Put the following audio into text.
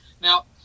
Now